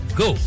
go